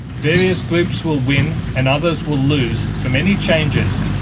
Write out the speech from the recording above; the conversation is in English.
various groups will win and others will lose for many changes,